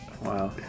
Wow